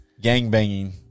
gang-banging